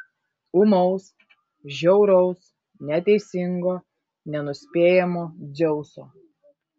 ūmaus žiauraus neteisingo nenuspėjamo dzeuso